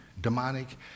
demonic